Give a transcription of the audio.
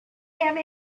have